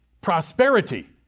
prosperity